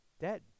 Dead